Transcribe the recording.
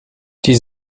die